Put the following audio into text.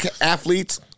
athletes